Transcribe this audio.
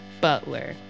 butler